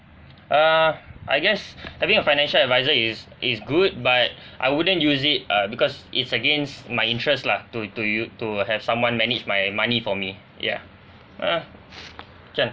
err I guess having a financial advisor is is good but I wouldn't use it uh because it's against my interest lah to to u~ to have someone manage my money for me ya uh can